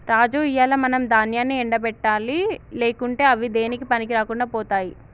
రాజు ఇయ్యాల మనం దాన్యాన్ని ఎండ పెట్టాలి లేకుంటే అవి దేనికీ పనికిరాకుండా పోతాయి